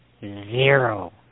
Zero